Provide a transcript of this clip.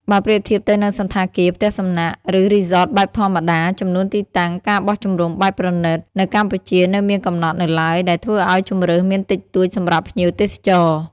បើប្រៀបធៀបទៅនឹងសណ្ឋាគារ ផ្ទះសំណាក់ ឬរីស៊តបែបធម្មតា ចំនួនទីតាំង ការបោះជំរំបែបប្រណីត នៅកម្ពុជានៅមានកំណត់នៅឡើយ ដែលធ្វើឲ្យជម្រើសមានតិចតួចសម្រាប់ភ្ញៀវទេសចរ។